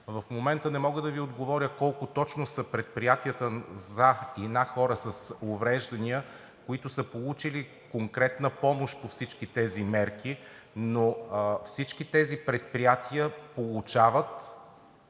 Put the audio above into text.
В момента не мога да Ви отговоря колко точно са предприятията за и на хора с увреждания, които са получили конкретна помощ по всички тези мерки, но всички тези предприятия получават